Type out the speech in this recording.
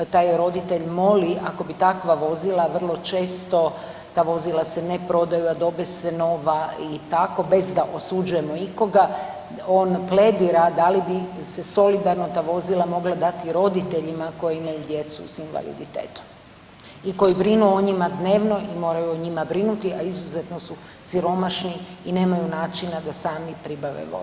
Taj roditelj moli, ako bi takva vozila vrlo često ta vozila se ne prodaju, a dobe se nova, i tako, bez da osuđujemo ikoga, on pledira da li bi se solidarno ta vozila mogla dati roditeljima koji imaju djecu s invaliditetom i koji brinu o njima dnevno i moraju o njima brinuti, a izuzetno su siromašni i nemaju načina da sami pribave vozila.